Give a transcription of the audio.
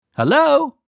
Hello